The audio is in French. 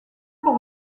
pour